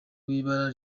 w’ibara